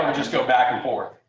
um just go back and forth.